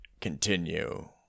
continue